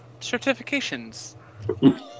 certifications